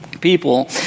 people